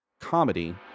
comedy